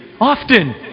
Often